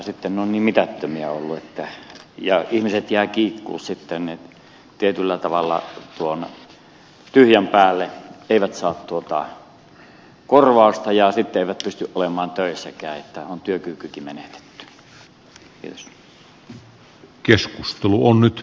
sitten ne ovat niin mitättömiä olleet ja ihmiset jäävät kiikkuun sitten tietyllä tavalla tyhjän päälle eivät saa korvausta ja eivät pysty olemaan töissäkään on työkykykin menetetty